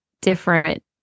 different